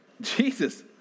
Jesus